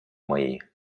мои